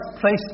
place